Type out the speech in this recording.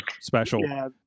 special